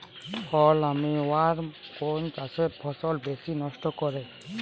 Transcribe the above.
ফল armyworm কোন চাষের ফসল বেশি নষ্ট করে?